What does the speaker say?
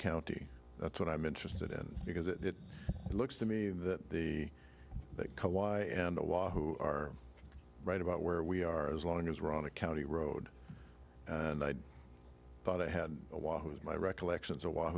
county that's what i'm interested in because it looks to me that the that collide and wahoo are right about where we are as long as we're on a county road and i thought i had a walk with my recollections a while